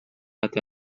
صحت